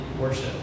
worship